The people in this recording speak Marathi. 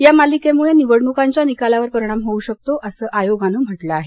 या मालिकेमुळे निवडणुकांच्या निकालावर परिणाम होऊ शकतो असं आयोगानं म्हटलं आहे